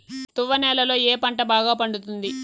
తువ్వ నేలలో ఏ పంట బాగా పండుతుంది?